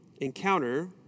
encounter